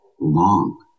long